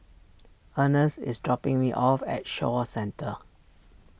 Earnest is dropping me off at Shaw Centre